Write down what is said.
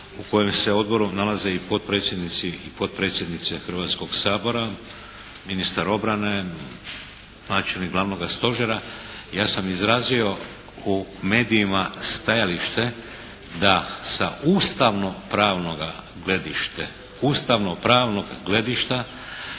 u kojem se odboru nalaze i predsjednici i potpredsjednici Hrvatskoga sabora, ministar obrane, načelnik Glavnoga stožera. Ja sam izrazio u medijima stajalište da sa ustavno-pravnoga gledišta